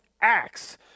Acts